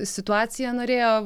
situaciją norėjo